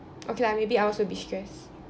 okay lah maybe I also will be stress